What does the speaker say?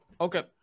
Okay